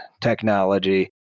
technology